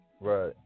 Right